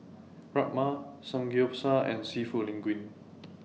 Rajma Samgeyopsal and Seafood Linguine